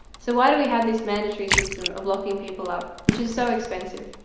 so why do we have this mandatory system of locking people up? which is so expensive.